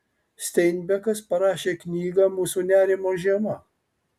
steinbekas parašė knygą mūsų nerimo žiema